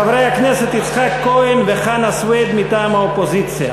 חברי הכנסת יצחק כהן וחנא סוייד מטעם האופוזיציה.